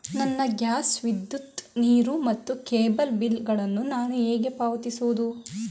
ನನ್ನ ಗ್ಯಾಸ್, ವಿದ್ಯುತ್, ನೀರು ಮತ್ತು ಕೇಬಲ್ ಬಿಲ್ ಗಳನ್ನು ನಾನು ಹೇಗೆ ಪಾವತಿಸುವುದು?